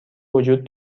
وجود